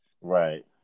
Right